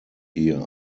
here